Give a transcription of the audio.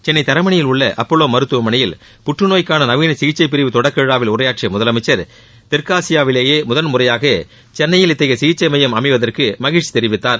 சென்னை தரமணியில் உள்ள அப்பல்லோ மருத்துவமனையில் புற்றநோய்க்கான நவீன சிகிச்சைப் பிரிவு தொடக்க விழாவில் உரையாற்றிய முதலமைச்சர் தெற்காசியாவிலேயே முதன் முறையாக சென்னையில் இத்தகைய சிகிச்சை மையம் அமைவதற்கு மகிழ்ச்சி தெரிவித்தார்